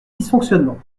dysfonctionnements